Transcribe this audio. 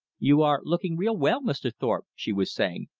you are lookin' real well, mr. thorpe, she was saying,